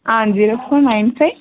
ah zero four nine five